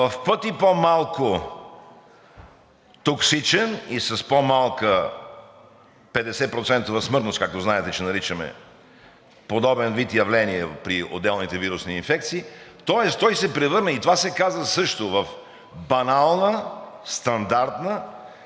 в пъти по-малко токсичен и с по-малка 50-процентова смъртност, както знаете, че наричаме подобен вид явление при отделните вирусни инфекции. Тоест, той се превърна, и това се каза също, в банална, стандартна